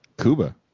Cuba